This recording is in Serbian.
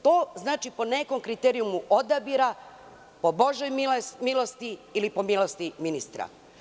To znači – po nekom kriterijumu odabira, po božijoj milosti ili po milosti ministra.